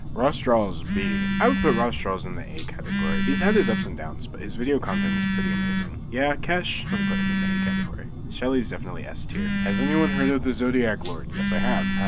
rossdraws, b. i would put rossdraws in the a category. he's had his ups and downs, but his video content is pretty amazing. yeah, kesh, going to put him in the a category. shal. e is definitely s tier. has anyone heard of the zodiac lord? yes i have.